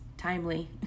Timely